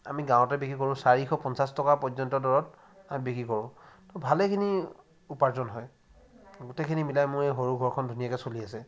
আমি গাঁৱতে বিক্ৰী কৰোঁ চাৰিশ পঞ্চাছ টকা পৰ্যন্ত দৰত বিক্ৰী কৰোঁ ভালেখিনি উপাৰ্জন হয় গোটেইখিনি মিলাই মোৰ এই সৰু ঘৰখন ধুনীয়াকৈ চলি আছে